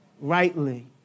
rightly